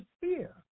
fear